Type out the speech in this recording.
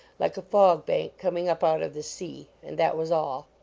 like a fog-bank coming up out of the sea. and that was all.